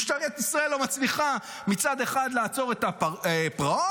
משטרת ישראל לא מצליחה מצד אחד לעצור את הפרעות,